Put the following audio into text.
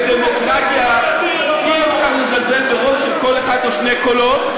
ובדמוקרטיה אי-אפשר לזלזל ברוב של קול אחד או שני קולות.